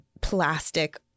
plastic